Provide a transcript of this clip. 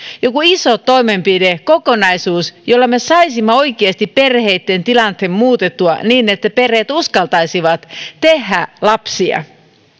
joku iso toimenpide kokonaisuus jolla me saisimme oikeasti perheitten tilanteen muutettua niin että perheet uskaltaisivat tehdä lapsia